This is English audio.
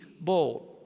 bold